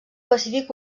pacífic